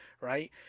right